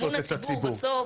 אמון הציבור בסוף,